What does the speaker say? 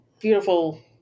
beautiful